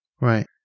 Right